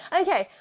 okay